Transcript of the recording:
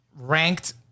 ranked